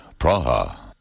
Praha